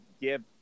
give